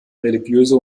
religiöse